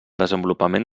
desenvolupament